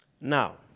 Now